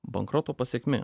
bankroto pasekmė